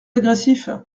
agressif